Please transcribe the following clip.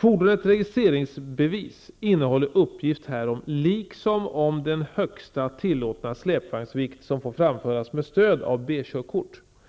Fordonets registreringsbevis innehåller uppgift härom liksom om den högsta tillåtna släpvagnsvikt som får framföras med stöd av B-körkort.